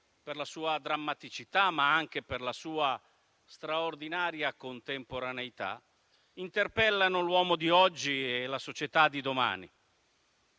per la sua drammaticità ma anche per la sua straordinaria contemporaneità, interpella l'uomo di oggi e la società di domani.